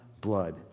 blood